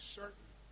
certain